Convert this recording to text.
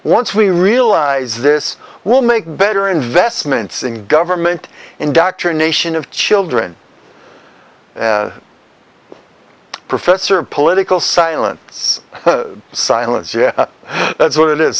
once we realize this will make better investments in government indoctrination of children professor of political silence silence yeah that's what it is